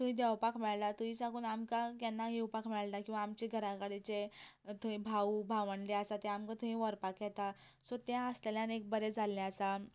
थंय देंवपाक मेळटा थंय साकून आमकां केन्ना येवपाक मेळटा किंवां आमचे घरा कडचे थंय भाऊ भावंडां आसा ते आमकां थंय व्हरपाक येता सो ते आसलेल्यान एक बरें जाल्लें आसा